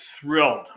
thrilled